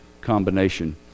combination